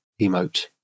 Emote